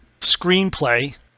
screenplay